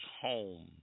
home